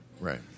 Right